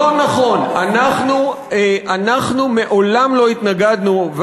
אנחנו מעולם לא התנגדנו,